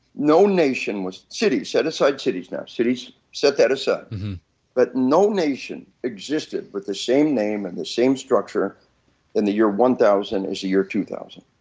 no nation was city, set aside cities now. cities set that aside. but no nation existed with the same name and the same structure in the year one thousand as the year two thousand.